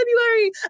February